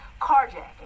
carjacking